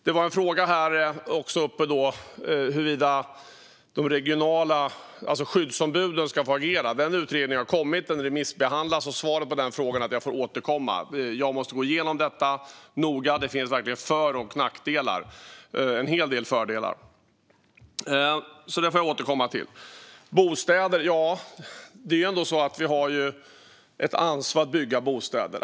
Det var en fråga uppe om huruvida de regionala skyddsombuden ska få agera. Den utredningen har kommit och remissbehandlas. Svaret på frågan är att jag får återkomma. Jag måste gå igenom detta noga. Det finns verkligen för och nackdelar - en hel del fördelar. Det får jag återkomma till. Vi har ändå ett ansvar att bygga bostäder.